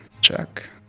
Check